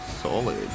Solid